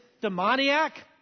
demoniac